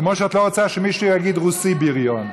כמו שאת לא רוצה שמישהו יגיד רוסי בריון.